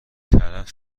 طرف